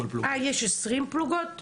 ובכל פלוגה --- יש 20 פלוגות מילואים?